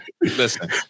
listen